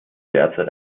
derzeit